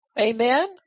Amen